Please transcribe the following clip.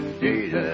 Jesus